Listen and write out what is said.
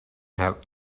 help